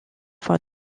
for